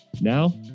Now